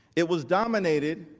it was dominated